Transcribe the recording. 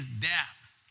death